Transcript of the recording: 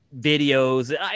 videos